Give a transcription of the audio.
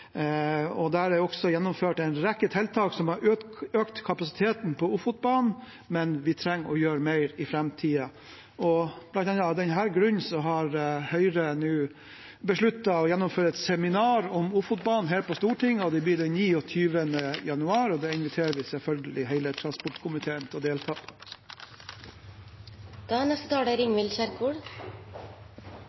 og der minner jeg om at flertallspartiene har en merknad inne. Det er også gjennomført en rekke tiltak som har økt kapasiteten på Ofotbanen, men vi trenger å gjøre mer i framtiden. Blant annet av denne grunnen har Høyre nå besluttet å gjennomføre et seminar om Ofotbanen her på Stortinget. Det blir den 29. januar, og da inviterer vi selvfølgelig hele transportkomiteen til å delta. Arbeiderpartiets alternative budsjett er